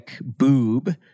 boob